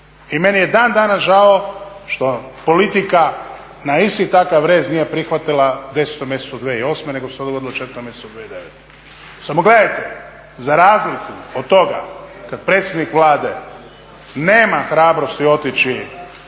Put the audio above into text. I meni je dan danas žao što politika na isti takav rez nije prihvatila u 10. mjesecu 2008., nego se to dogodilo u 4. mjesecu 2009. Samo gledajte, za razliku od toga kad predsjednik Vlade nema hrabrosti otići